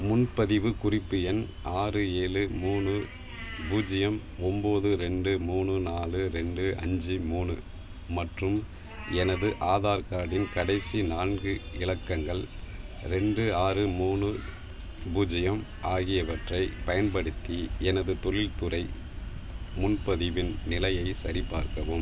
முன்பதிவு குறிப்பு எண் ஆறு ஏழு மூணு பூஜ்ஜியம் ஒம்பது ரெண்டு மூணு நாலு ரெண்டு அஞ்சு மூணு மற்றும் எனது ஆதார் கார்டின் கடைசி நான்கு இலக்கங்கள் ரெண்டு ஆறு மூணு பூஜ்ஜியம் ஆகியவற்றைப் பயன்படுத்தி எனது தொழில்துறை முன்பதிவின் நிலையைச் சரிபார்க்கவும்